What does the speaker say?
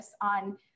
on